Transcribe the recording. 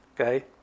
Okay